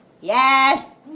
Yes